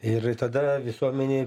ir tada visuomenėj